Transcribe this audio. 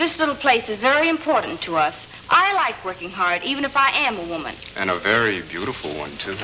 the place is very important to us i like working hard even if i am a woman and a very beautiful one too